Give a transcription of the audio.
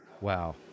Wow